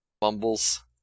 bumbles